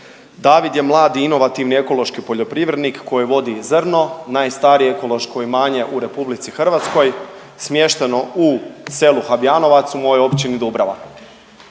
David je mladi inovativni ekološki poljoprivrednik koji vodi „Zrno“, najstarije ekološko imanje u RH, smješteno u selu Habijanovac, u mojoj Općini Dubrava.